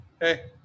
Hey